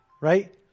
right